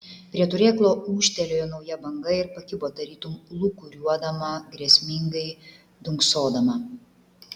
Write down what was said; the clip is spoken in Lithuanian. prie turėklo ūžtelėjo nauja banga ir pakibo tarytum lūkuriuodama grėsmingai dunksodama